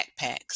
backpacks